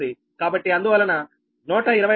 కాబట్టి అందువలన 1242 30 అనగా 512